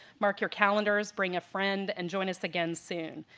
mark your calendars, bring a friend, and join us again soon.